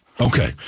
Okay